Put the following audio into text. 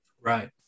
Right